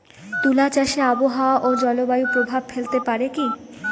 তুলা চাষে আবহাওয়া ও জলবায়ু প্রভাব ফেলতে পারে কি?